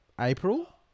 April